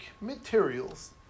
materials